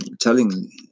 telling